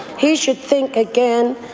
he should think again.